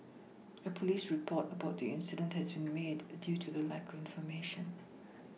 a police report about the incident has been made due to the lack of information